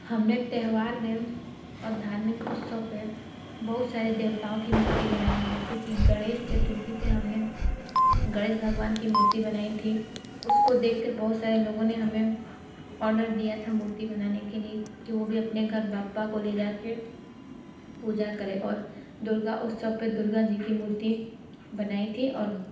हम ने त्यौहार में और धार्मिक उत्सव पर बहुत सारे देवताओं की मूर्ति बनाई है जैसे कि गणेश चतुर्थी पर हम ने गणेश भगवान की मूर्ति बनाई थी उसको देख कर बहुत सारे लोगों ने हमें ओडर दिया था मूर्ति बनाने के लिए कि वो भी अपने घर बप्पा को ले जा कर पूजा करें और दुर्गा उत्सव पर दुर्गा जी की मूर्ति बनाई थी और